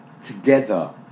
together